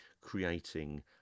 creating